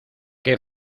qué